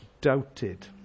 doubted